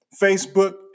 Facebook